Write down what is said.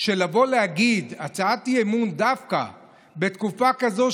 שלבוא ולהגיד הצעת אי-אמון דווקא בתקופה כזאת,